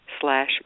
slash